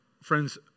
Friends